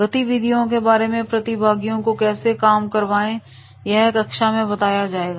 गतिविधियों के बारे में प्रतिभागियों को कैसे काम करवाएं यह कक्षा में बताया जाएगा